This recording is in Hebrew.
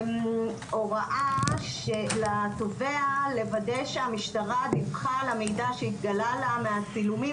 הוראה לתובע לוודא שהמשטרה דיווחה על המידע שהתגלה לה מהצילומים,